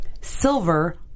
silver